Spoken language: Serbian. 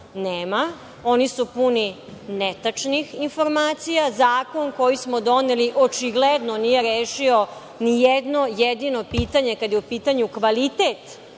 nema. Oni su puni netačnih informacija. Zakon koji smo doneli očigledno nije rešio ni jedno jedino pitanje, kada je u pitanju kvalitet